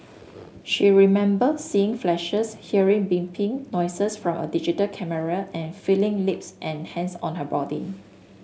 she remembered seeing flashes hearing beeping noises from a digital camera and feeling lips and hands on her body